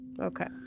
Okay